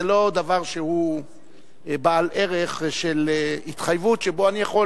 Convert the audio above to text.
זה לא דבר שהוא בעל ערך של התחייבות שבו אני יכול